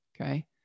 Okay